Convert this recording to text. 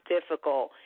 Difficult